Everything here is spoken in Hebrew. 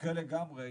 במקרה לגמרי,